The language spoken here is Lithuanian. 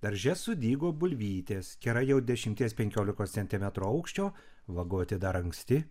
darže sudygo bulvytės kerai jau dešimties penkiolikos centimetrų aukščio vagoti dar anksti